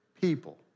people